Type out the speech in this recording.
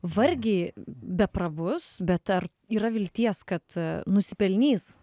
vargiai beprabus bet ar yra vilties kad nusipelnys